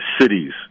cities